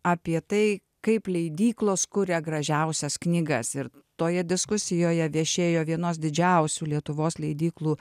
apie tai kaip leidyklos kuria gražiausias knygas ir toje diskusijoje viešėjo vienos didžiausių lietuvos leidyklų